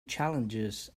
challenges